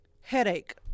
Headache